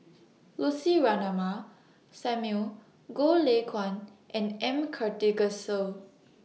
Lucy Ratnammah Samuel Goh Lay Kuan and M Karthigesu